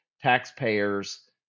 Taxpayers